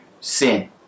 sin